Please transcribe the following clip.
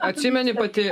atsimeni pati